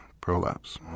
prolapse